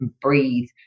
breathe